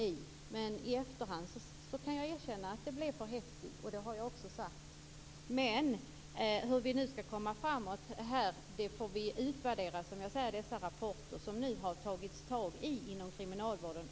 I efterhand kan jag erkänna att det blev för häftigt. Vi får utvärdera dessa rapporter för att se hur vi skall komma framåt.